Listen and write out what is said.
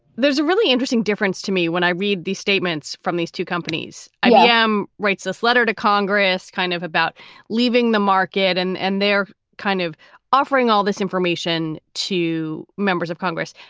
there's a really interesting difference to me when i read these statements from these two companies. i yeah am writing this letter to congress kind of about leaving the market and and they're kind of offering all this information to members of congress.